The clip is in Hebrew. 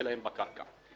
וזה לקראת אישור.